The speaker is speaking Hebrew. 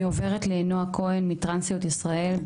אני עוברת לנועה כהן, מטרנסיות ישראל.